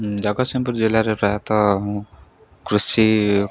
ଜଗତସିଂହପୁର ଜିଲ୍ଲାରେ ପ୍ରାୟତଃ କୃଷି